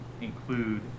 include